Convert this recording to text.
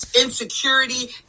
insecurity